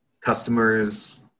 customers